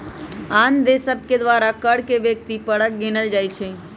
आन देश सभके द्वारा कर के व्यक्ति परक गिनल जाइ छइ